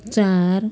चार